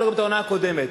ולא את העונה הקודמת.